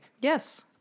Yes